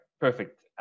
perfect